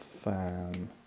fan